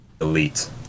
elite